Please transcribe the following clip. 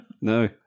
No